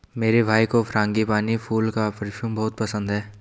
मेरे भाई को फ्रांगीपानी फूल का परफ्यूम बहुत पसंद है